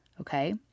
okay